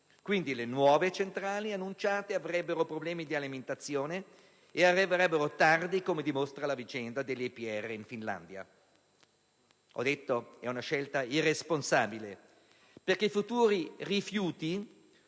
Quindi, le nuove centrali annunciate avrebbero problemi di alimentazione e arriverebbero tardi, come dimostra la vicenda dell'EPR in Finlandia. Il nucleare è inoltre una scelta irresponsabile, perché i futuri rifiuti